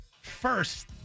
first